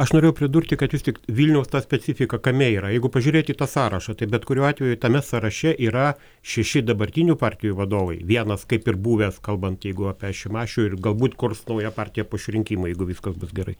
aš norėjau pridurti kad vis tik vilniaus ta specifika kame yra jeigu pažiūrėti tą sąrašą tai bet kuriuo atveju tame sąraše yra šeši dabartinių partijų vadovai vienas kaip ir buvęs kalbant jeigu apie šimašių ir galbūt kurs naują partiją po išrinkimo jeigu viskas bus gerai